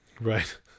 Right